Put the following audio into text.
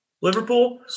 Liverpool